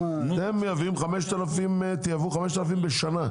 אתם תייבאו 5,000 בשנה.